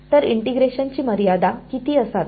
तर इंटिग्रेशनची मर्यादा किती असावी